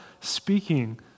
speaking